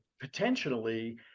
potentially